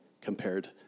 compared